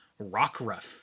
Rockruff